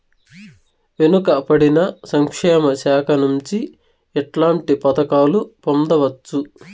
వెనుక పడిన సంక్షేమ శాఖ నుంచి ఎట్లాంటి పథకాలు పొందవచ్చు?